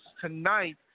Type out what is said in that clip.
tonight